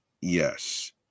yes